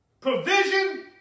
Provision